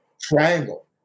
triangle